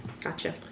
Gotcha